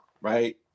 right